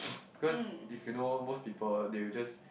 because if you know most people they will just